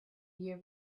year